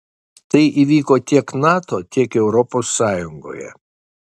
tai įvyko tiek nato tiek europos sąjungoje